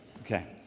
Okay